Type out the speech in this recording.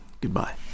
goodbye